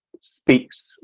speaks